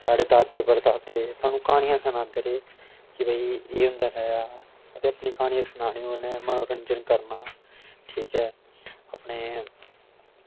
साढ़े दादे परदादे सानूं क्हानियां सनांदे रेह् की भई एह् होंदा हा ते अपनी क्हानियां सनानियां उनें मनोरंजन करना ठीक ऐ अपने